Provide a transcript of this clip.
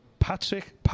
Patrick